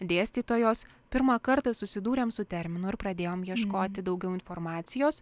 dėstytojos pirmą kartą susidūrėm su terminu ir pradėjom ieškoti daugiau informacijos